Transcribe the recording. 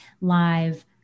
live